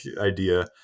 idea